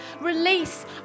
Release